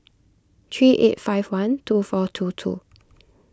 three eight five one two four two two